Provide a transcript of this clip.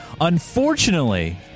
Unfortunately